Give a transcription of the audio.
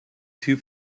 two